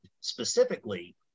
specifically